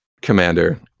commander